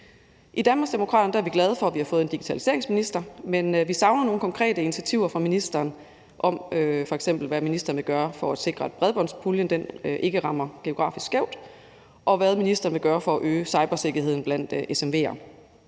I Danmarksdemokraterne er vi glade for, at vi har fået en digitaliseringsminister, men vi savner at høre, hvilke konkrete initiativer ministeren vil tage f.eks. for at sikre, at bredbåndspuljen ikke rammer geografisk skævt og for at øge cybersikkerheden blandt SMV'er.